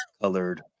colored